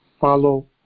follow